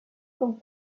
con